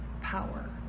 power